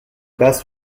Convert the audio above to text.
base